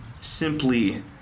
simply